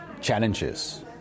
challenges